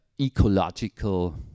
ecological